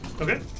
okay